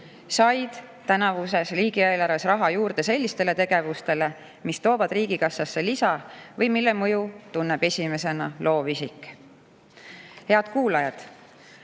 said tänavuses riigieelarves raha juurde sellistele tegevustele, mis toovad riigikassasse lisa või mille mõju tunneb esimesena loovisik. Head kuulajad!